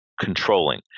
controlling